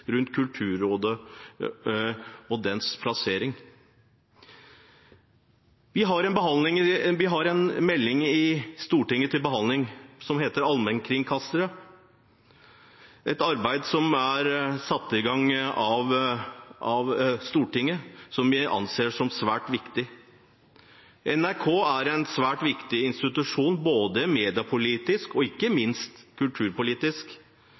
rundt Kulturrådet og dets plassering. Vi har en melding i Stortinget til behandling om allmennkringkastere, et arbeid som er satt i gang av Stortinget, og som vi anser som svært viktig. NRK er en svært viktig institusjon, både mediepolitisk og – ikke minst – kulturpolitisk.